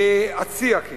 אציע כי